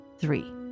three